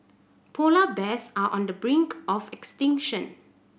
polar bears are on the brink of extinction